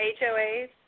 HOAs